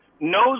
knows